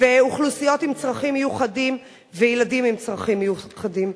ומאוכלוסיות עם צרכים מיוחדים ומילדים עם צרכים מיוחדים.